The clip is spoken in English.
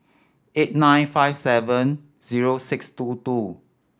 eight nine five seven zero six two two